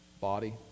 body